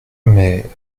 mais